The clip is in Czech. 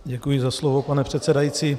Děkuji za slovo, pane předsedající.